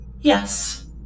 Yes